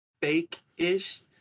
fake-ish